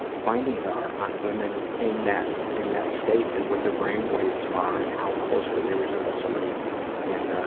findings are on women in that in that state and what their brainwaves are and how closely they resemble somebody in the